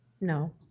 no